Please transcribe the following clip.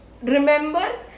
remember